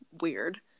weird